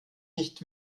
nicht